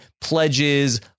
pledges